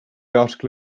article